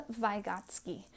Vygotsky